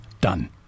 Done